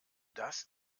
das